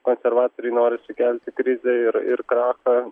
konservatoriai nori sukelti krizę ir ir krachą